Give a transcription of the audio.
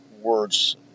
Words